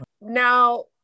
Now